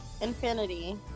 infinity